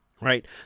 Right